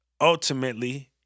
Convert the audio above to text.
ultimately